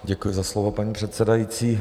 Děkuji za slovo, paní předsedající.